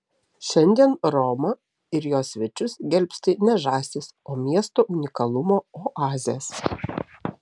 šiandien romą ir jos svečius gelbsti ne žąsys o miesto unikalumo oazės